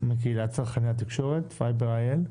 מקהילת צרכני התקשורת fiber-il.